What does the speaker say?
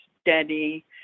steady